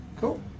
Cool